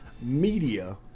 media